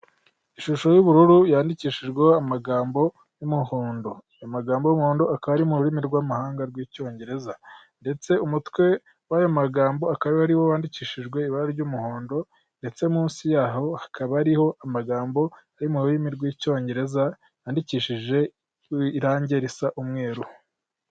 Ishusho y'ubururu yandikishijwe amagambo y'umuhondo, amagambogambo y'umuhondo akaba ari mu rurimi rwamahanga rw'icyongereza ndetse umutwe w'ayo magambo akaba ari wo wandikishijwe ibara ry'umuhondo ndetse munsi yaho hakaba ariho amagambo ari mu rurimi rw'icyongereza yandikishije irangi risa umweru.